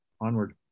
onward